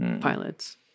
pilots